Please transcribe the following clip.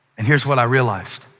and here's what i realized